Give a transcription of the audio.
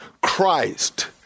Christ